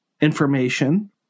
Information